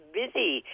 busy